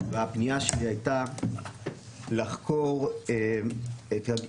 והפנייה שלי הייתה לחקור המרדה,